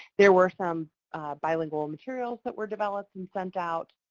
there were some bilingual materials that were developed and sent out.